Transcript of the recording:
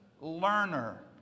learner